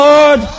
Lord